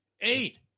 eight